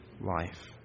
life